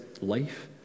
life